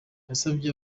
yasabye